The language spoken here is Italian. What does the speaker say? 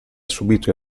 subito